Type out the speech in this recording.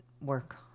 work